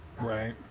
Right